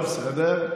טוב, בסדר.